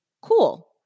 Cool